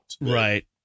Right